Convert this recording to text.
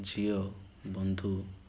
ଝିଅ ବନ୍ଧୁ